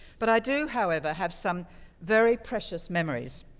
but i do however have some very precious memories.